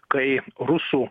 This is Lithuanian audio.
kai rusų